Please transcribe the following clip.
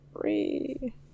Free